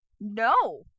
no